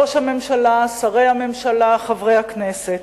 ראש הממשלה, שרי הממשלה, חברי הכנסת,